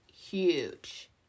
huge